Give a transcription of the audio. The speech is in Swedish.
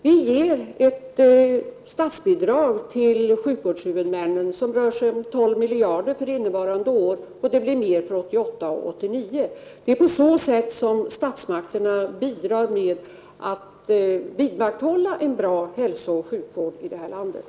Vi ger ett statsbidrag till sjukvårdshuvudmännen som rör sig om 12 miljarder för innevarande år, och det blir mer för 1988/89. Det är på så sätt som statsmakterna bidrar med att vidmakthålla en bra hälsooch sjukvård i landet.